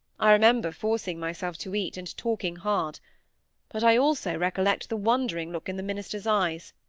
i remember forcing myself to eat, and talking hard but i also recollect the wondering look in the minister's eyes.